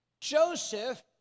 Joseph